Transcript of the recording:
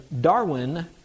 Darwin